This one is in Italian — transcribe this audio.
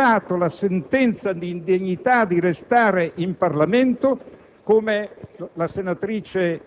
ha pronunciato la sentenza di indegnità di restare in Parlamento, come la senatrice